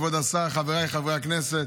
כבוד השר, חבריי חברי הכנסת,